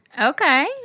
Okay